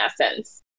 Essence